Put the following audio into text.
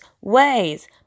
ways